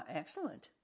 excellent